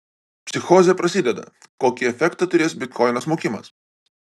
psichozė prasideda kokį efektą turės bitkoino smukimas